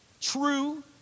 true